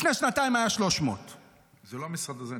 לפני שנתיים היה 300. זה לא המשרד הזה,